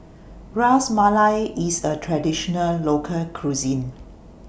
Ras Malai IS A Traditional Local Cuisine